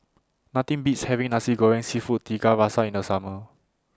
Nothing Beats having Nasi Goreng Seafood Tiga Rasa in The Summer